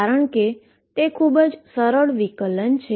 કારણકે તે ખૂબ જ સરળ ડેરીવેશન છે